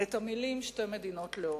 את המלים, שתי מדינות לאום.